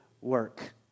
work